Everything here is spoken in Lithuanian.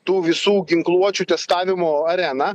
tų visų ginkluočių testavimo arena